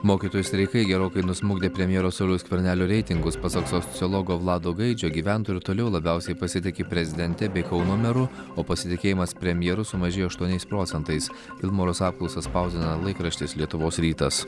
mokytojų streikai gerokai nusmukdė premjero sauliaus skvernelio reitingus pasak sociologo vlado gaidžio gyventojai ir toliau labiausiai pasitiki prezidente bei kauno meru o pasitikėjimas premjeru sumažėjo aštuoniais procentais vilmorus apklausas spausdina laikraštis lietuvos rytas